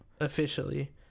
Officially